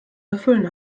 erfüllen